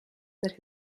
that